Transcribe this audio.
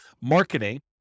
marketing